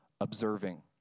Observing